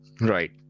Right